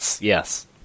Yes